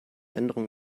änderung